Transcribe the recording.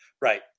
Right